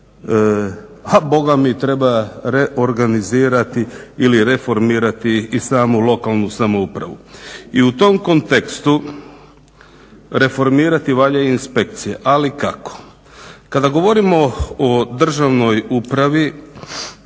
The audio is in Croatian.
A bogami treba reorganizirati ili reformirati i samu lokalnu samoupravu. I u tom kontekstu reformirati valja i inspekcije. Ali kako? Kada govorimo o državnoj upravi